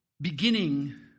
beginning